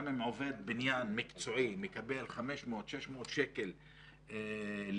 גם אם עובד בניין מקצועי מקבל 600-500 שקל ליום,